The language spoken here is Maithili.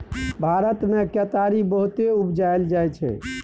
भारत मे केतारी बहुते उपजाएल जाइ छै